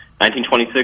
1926